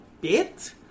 bit